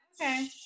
okay